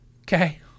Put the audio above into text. okay